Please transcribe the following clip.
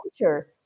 culture